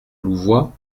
louvois